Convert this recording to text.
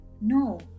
No